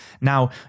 Now